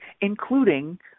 including